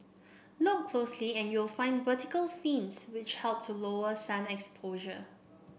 look closely and you'll find vertical fins which help to lower sun exposure